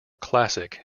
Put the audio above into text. classic